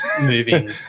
moving